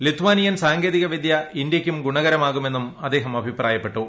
Lithuanian സാങ്കേതിക വിദ്യ ഇന്ത്യയ്ക്കും ഗുണകരമാകുമെന്നും അദ്ദേഹം അഭിപ്രായപ്പെട്ടു